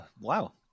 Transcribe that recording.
Wow